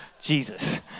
jesus